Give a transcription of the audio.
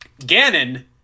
Ganon